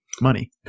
money